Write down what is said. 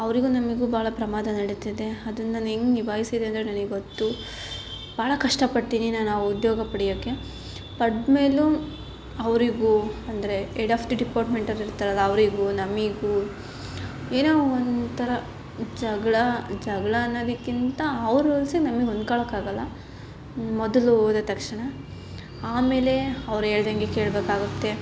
ಅವರಿಗೂ ನಮಗೂ ಭಾಳ ಪ್ರಮಾದ ನಡೀತದೆ ಅದನ್ನ ನಾನು ಹೆಂಗ್ ನಿಭಾಯಿಸಿದೆ ಅಂದರೆ ನನಗೆ ಗೊತ್ತು ಬಹಳ ಕಷ್ಟ ಪಡ್ತೀನಿ ನಾನು ಆ ಉದ್ಯೋಗ ಪಡ್ಯೋಕ್ಕೆ ಪಡ್ದ ಮೇಲೂ ಅವರಿಗೂ ಅಂದರೆ ಎಡ್ ಆಫ್ ದಿ ಡಿಪಾರ್ಟ್ಮೆಂಟೋರು ಇರ್ತಾರಲ್ಲ ಅವರಿಗೂ ನಮಗೂ ಏನೋ ಒಂಥರ ಜಗಳ ಜಗಳ ಅನ್ನೋದಕ್ಕಿಂತ ಅವ್ರ ರೂಲ್ಸಿಗೆ ನಮಗೆ ಹೊಂದ್ಕಳಕ್ ಆಗೋಲ್ಲ ಮೊದಲು ಹೋದ ತಕ್ಷಣ ಆಮೇಲೆ ಅವ್ರು ಹೇಳ್ದಂಗೆ ಕೇಳಬೇಕಾಗುತ್ತೆ